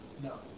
No